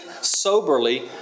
soberly